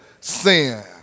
sin